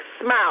smile